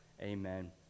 Amen